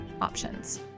options